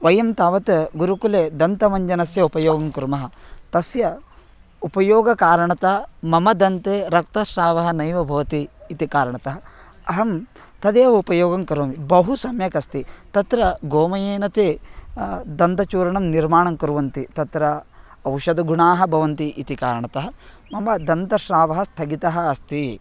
वयं तावत् गुरुकुले दन्तमञ्जनस्य उपयोगं कुर्मः तस्य उपयोगकारणतः मम दन्ते रक्तस्रावः नैव भवति इति कारणतः अहं तदेव उपयोगं करोमि बहु सम्यकस्ति तत्र गोमयेन ते दन्तचूर्णं निर्माणं कुर्वन्ति तत्र औषधगुणाः भवन्ति इति कारणतः मम स्रावः स्थगितः अस्ति